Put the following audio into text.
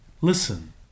Listen